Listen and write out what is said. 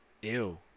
ew